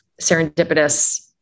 serendipitous